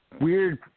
weird